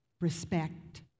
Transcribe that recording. respect